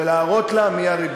ולהראות לה מי הריבון.